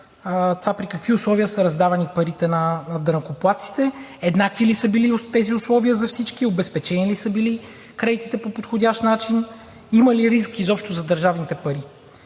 това при какви условия са раздавани парите на данъкоплатците, еднакви ли са били тези условия за всички, обезпечени ли са били кредитите по подходящ начин, има ли риск изобщо за държавните пари?